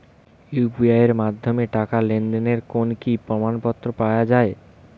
UPI এর মাধ্যমে টাকা লেনদেনের কোন কি প্রমাণপত্র পাওয়া য়ায়?